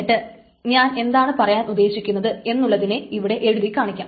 എന്നിട്ട് ഞാൻ എന്താണ് പറയാൻ ഉദ്ദേശിക്കുന്നത് എന്നുള്ളതിനെ ഇവിടെ എഴുതി കാണിക്കാം